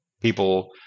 people